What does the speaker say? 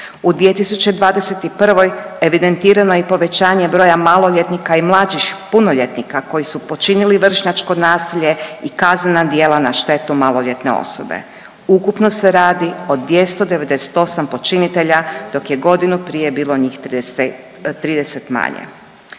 U 2021. evidentirano je i povećanje broja maloljetnika i mlađih punoljetnika koji su počinili vršnjačko nasilje i kaznena djela na štetu maloljetne osobe. Ukupno se radi o 298 počinitelja dok je godinu prije bilo njih 30 manje.